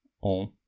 on